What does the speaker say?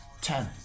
ten